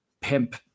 pimp